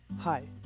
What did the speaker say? Hi